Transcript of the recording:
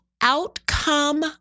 outcome